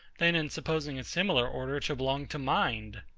than in supposing a similar order to belong to mind.